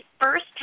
first